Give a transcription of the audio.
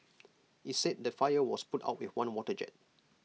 IT said the fire was put out with one water jet